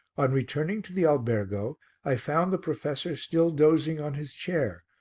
on returning to the albergo i found the professor still dozing on his chair,